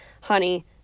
honey